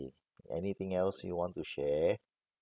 anything else you want to share